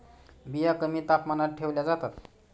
बिया कमी तापमानात ठेवल्या जातात